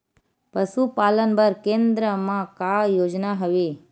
पशुपालन बर केन्द्र म का योजना हवे?